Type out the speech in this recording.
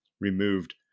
removed